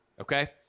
okay